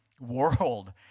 world